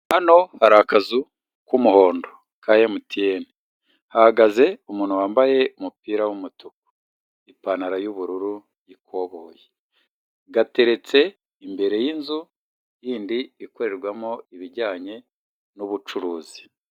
Hano hari akazu k'umuhondo ka MTN. Hahagaze umuntu wambaye umupira w'umutuku. Ipantaro y'ubururu y'ikoboyi. Gateretse imbere y'inzu yindi ikorerwamo ibijyanye n'ubucuruzi.